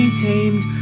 tamed